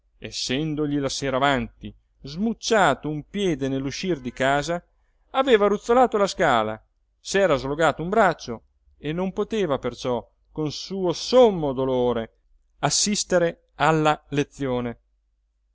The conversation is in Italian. perché essendogli la sera avanti smucciato un piede nell'uscir di casa aveva ruzzolato la scala s'era slogato un braccio e non poteva perciò con suo sommo dolore assistere alla lezione